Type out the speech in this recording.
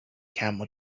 camel